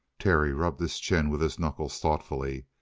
terry rubbed his chin with his knuckles thoughtfully.